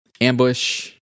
ambush